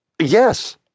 Yes